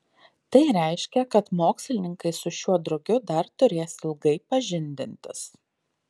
tai reiškia kad mokslininkai su šiuo drugiu dar turės ilgai pažindintis